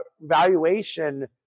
valuation